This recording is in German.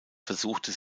versuchte